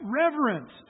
reverence